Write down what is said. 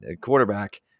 quarterback